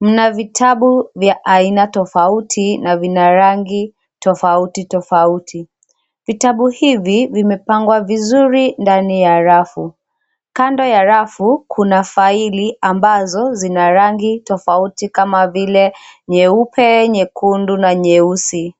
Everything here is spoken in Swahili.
mna vitabu vya aina tofauti na vya rangi tofauti tofauti, vitabu hivi vimepangwa vizuri ndani ya rafu. Kando ya rafu kuna faili ambazo zina rangi tofauti kama vile nyeupe, nyekundu na nyeusi.